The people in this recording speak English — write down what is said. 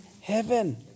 heaven